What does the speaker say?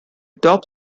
top